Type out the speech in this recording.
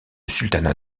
sultanat